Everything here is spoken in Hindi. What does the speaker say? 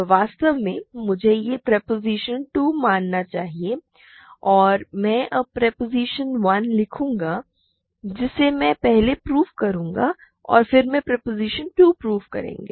तो वास्तव में मुझे यह प्रोपोज़िशन 2 मानना चाहिए और मैं अब प्रोपोज़िशन 1 लिखूंगा जिसे मैं पहले प्रूव करूंगा और फिर हम प्रोपोज़िशन 2 प्रूव करेंगे